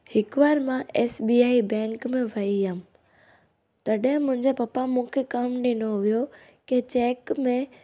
हिकु बार मां एस बी आई बैंक में वई हुअमि तॾहिं मुंहिंजा पपा मूंखे कमु ॾिनो हुओ की चेक में